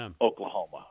Oklahoma